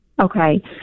Okay